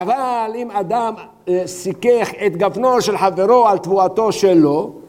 אבל אם אדם סיכך את גפנו של חברו על תבואתו שלו